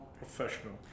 professional